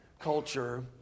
culture